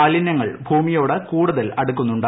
മാലിന്യങ്ങൾ ഭൂമിയോട് കൂടുതൽ അടുക്കുന്നുണ്ട്